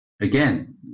Again